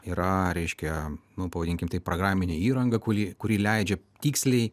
yra reiškia nu pavadinkim taip programinė įranga kuri kuri leidžia tiksliai